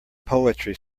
poetry